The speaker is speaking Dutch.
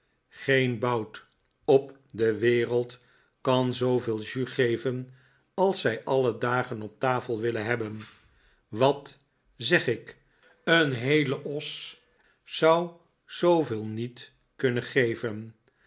geen bout op de wereld kan zooveel jus geven als zij alle dagen op tafel willen hebben wat zeg ik een heele os zou zooveel niet kunnen geven